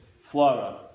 flora